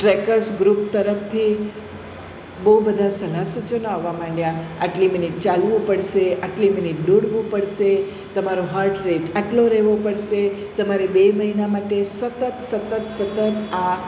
trekkers group તરફથી બહુ બધા સલાહ સૂચનો આવવા માંડ્યા આટલી મિનિટ ચાલવું પડશે આટલી મિનિટ દોડવું પળશે તમારો હાર્ટ રેટ આટલો રહેવો પડશે તમારે બે મહિના માટે સતત સતત સતત આ